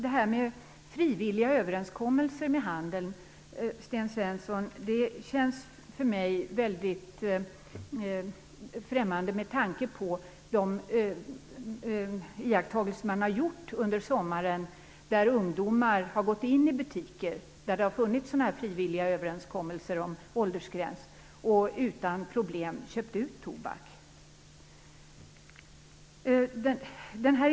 Frivilliga överenskommelser med handeln känns för mig väldigt främmande, Sten Svensson, med tanke på de iakttagelser som gjorts under sommaren. Ungdomar har då gått in i butiker som har haft sådana här frivilliga överenskommelser om åldersgräns och utan problem köpt ut tobak.